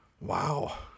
Wow